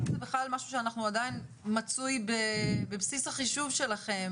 זה בכלל משהו שעדיין מצוי בבסיס החישוב שלכם,